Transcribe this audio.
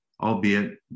albeit